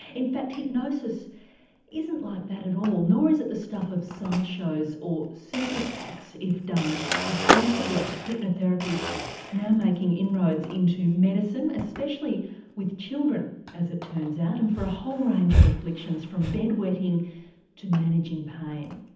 in fact hypnosis isn't like that at all. nor is it the stuff of side shows or circus acts, if done responsibly. hypnotherapy's now's making inroads into medicine, especially with children as it turns out and for a whole range of afflictions from bed wetting to managing pain.